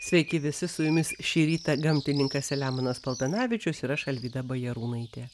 sveiki visi su jumis šį rytą gamtininkas selemonas paltanavičius ir aš alvyda bajarūnaitė